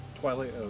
twilight